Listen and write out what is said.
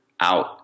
out